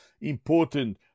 important